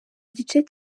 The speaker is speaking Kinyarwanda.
gice